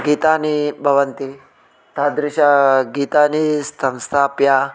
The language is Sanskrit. गीतानि भवन्ति तादृशगीतानि संस्थाप्य